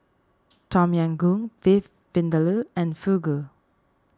Tom Yam Goong Beef Vindaloo and Fugu